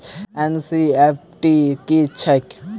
NEFT की छीयै?